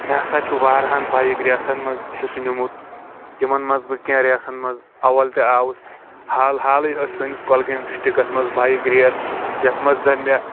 مےٚ سا چُھ واریاہن بایِک ریسن منٛز حِصہٕ نیوٗمُت یِمن منٛز بہٕ کیٚنٛہہ ریسن منٛز اول تہِ آوُس حالہٕ حالےٕ أس سأنِس کۄلگوٗم ڈِسٹِکس منٛز بیک ریس یتھ منٛز زن مےٚ